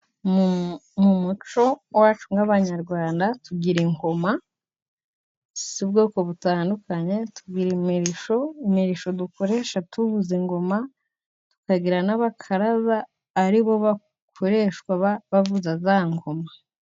Mu muco wacu nk'Abanyarwanda tugira ingoma z'ubwoko butandukanye. Tugira imirishyo. Imirishyo dukoresha tuvuza ingoma, tukagira n'abakaraza aribo bakoreshwa bavuza za ngoma.